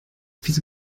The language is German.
wieso